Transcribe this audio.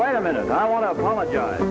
wait a minute i want to apologize